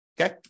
okay